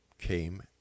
came